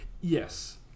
yes